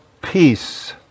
peace